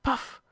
paf